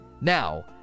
now